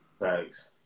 Thanks